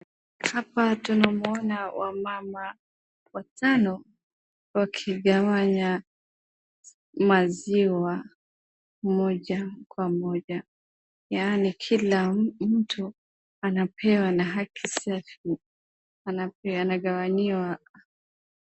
Hapa tunawaona wamama watano wakigawanya maziwa mmoja kwa mmoja. Yaani kila mtu anapewa kwa haki safi. Anagawanyiwa.